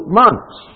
months